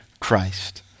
Christ